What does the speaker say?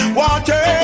water